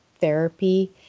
therapy